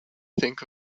think